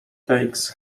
takes